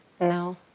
No